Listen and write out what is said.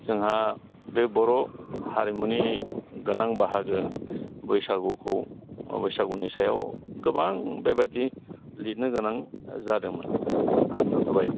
जोंहा बे बर' हारिमुनि गोनां बाहागो बैसागुखौ बैसागुनि सायाव गोबां बेबायदि लिदनो गोनां जादोंमोन दोन्थ'बाय